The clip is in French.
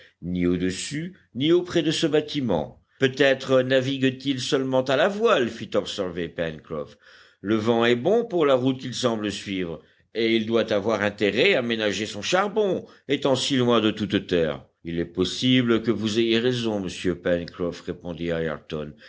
ni au-dessus ni auprès de ce bâtiment peut-être navigue t il seulement à la voile fit observer pencroff le vent est bon pour la route qu'il semble suivre et il doit avoir intérêt à ménager son charbon étant si loin de toute terre il est possible que vous ayez raison monsieur pencroff répondit ayrton